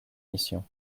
missions